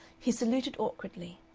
he saluted awkwardly.